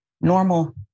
normal